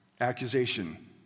accusation